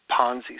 Ponzi